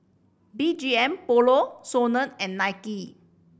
B G M Polo SONA and Nike